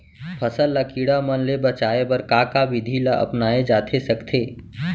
फसल ल कीड़ा मन ले बचाये बर का का विधि ल अपनाये जाथे सकथे?